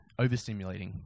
overstimulating